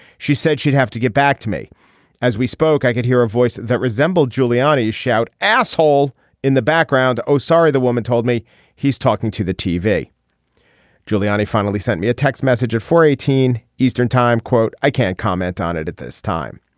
she said she'd have to get back to me as we spoke. i can hear a voice that resembled giuliani's shout asshole in the background. oh sorry the woman told me he's talking to the tv giuliani finally sent me a text message for eighteen eastern time quote i can't comment on it at this time.